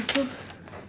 ya so